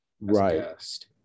right